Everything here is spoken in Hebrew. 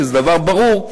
שזה דבר ברור,